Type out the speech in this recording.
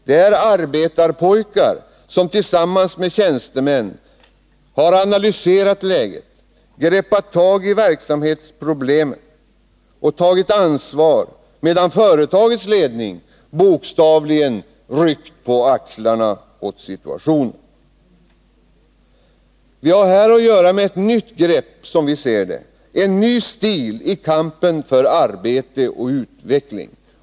Det är arbetarpojkar som tillsammans med tjänstemän har analyserat läget, greppat tag i verksamhetsproblemen och tagit ansvar, medan företagets ledning bokstavligen ryckt på axlarna åt situationen. Vi har här att göra med ett nytt grepp, som vi ser det, en ny stil i kampen för arbete och utveckling.